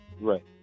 Right